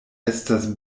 estas